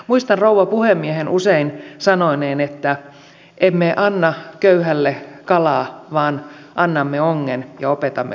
muistan rouva puhemiehen usein sanoneen että emme anna köyhälle kalaa vaan annamme ongen ja opetamme kalastamaan